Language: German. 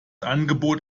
angebot